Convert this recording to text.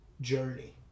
journey